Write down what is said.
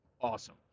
Awesome